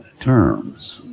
terms.